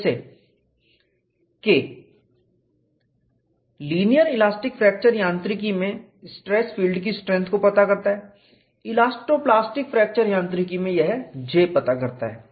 जैसे K linear elastic fracture यांत्रिकी में स्ट्रेस फील्ड की स्ट्रैंथ को पता करता है इलास्टो प्लास्टिक फ्रैक्चर यांत्रिकी में यह J पता करता है